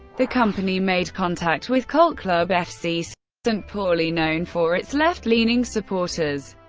the company made contact with cult club fc st. pauli, known for its left leaning supporters,